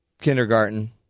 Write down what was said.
kindergarten